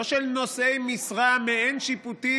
לא של נושאי משרה מעין-שיפוטית.